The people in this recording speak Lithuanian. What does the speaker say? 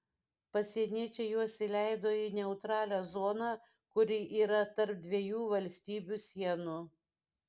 pasieniečiai juos įleido į neutralią zoną kuri yra tarp dviejų valstybių sienų